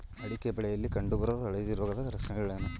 ಅಡಿಕೆ ಬೆಳೆಯಲ್ಲಿ ಕಂಡು ಬರುವ ಹಳದಿ ರೋಗದ ಲಕ್ಷಣಗಳೇನು?